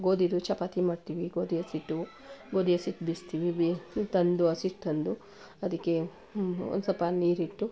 ಗೋಧಿದು ಚಪಾತಿ ಮಾಡ್ತೀನಿ ಗೋಧಿ ಹಸಿಟ್ಟು ಗೋಧಿ ಹಸಿಟ್ಟು ಬೀಸ್ತೀವಿ ಬೆ ತಂದು ಹಸಿಟ್ಟು ತಂದು ಅದಕ್ಕೆ ಒಂದು ಸ್ವಲ್ಪ ನೀರಿಟ್ಟು